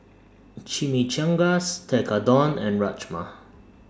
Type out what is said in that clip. Chimichangas Tekkadon and Rajma